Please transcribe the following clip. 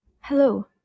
Hello